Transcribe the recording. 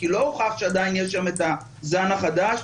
כי לא הוכח שעדיין יש שם הזן החדש,